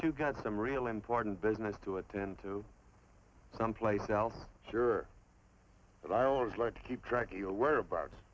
to get some real important business to attend to someplace else i'm sure but i always like to keep track of your whereabouts